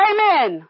Amen